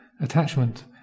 attachment